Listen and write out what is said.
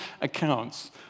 accounts